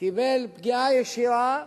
קיבל פגיעה ישירה,